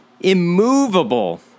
immovable